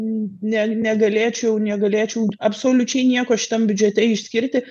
ne negalėčiau negalėčiau absoliučiai nieko šitam biudžete išskirti